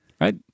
Right